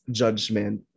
judgment